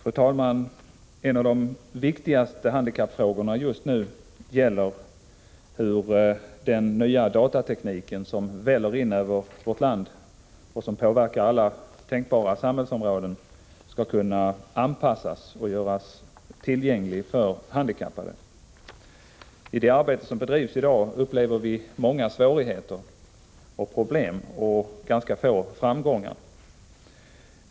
Fru talman! En av de viktigaste handikappfrågorna just nu gäller hur den nya datatekniken, som väller in över vårt land och som påverkar alla tänkbara samhällsområden, skall kunna anpassas och göras tillgänglig för handikappade. I det arbete som bedrivs i dag upplever vi många svårigheter och problem och ganska få framgångar.